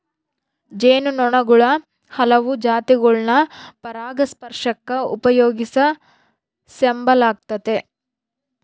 ಜೇನು ನೊಣುಗುಳ ಹಲವು ಜಾತಿಗುಳ್ನ ಪರಾಗಸ್ಪರ್ಷಕ್ಕ ಉಪಯೋಗಿಸೆಂಬಲಾಗ್ತತೆ